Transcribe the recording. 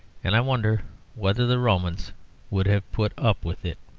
and i wonder whether the romans would have put up with it.